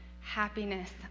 happiness